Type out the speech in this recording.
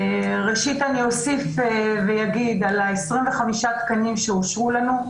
ראשית, אני אוסיף ואגיד על ה-25 תקנים שאושרו לנו.